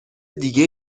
دیگه